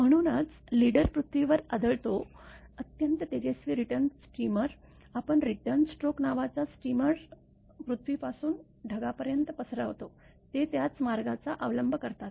म्हणूनच लीडर पृथ्वीवर आदळतो अत्यंत तेजस्वी रिटर्न स्ट्रीमर आपण रिटर्न स्ट्रोक नावाचा स्टीमर पृथ्वीपासून ढगापर्यंत पसरवतो ते त्याच मार्गाचा अवलंब करतात